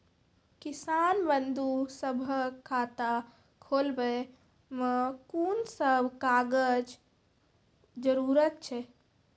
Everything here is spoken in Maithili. किसान बंधु सभहक खाता खोलाबै मे कून सभ कागजक जरूरत छै?